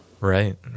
Right